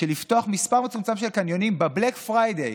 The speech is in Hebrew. בבלאק פריידיי,